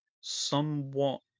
somewhat